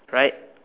right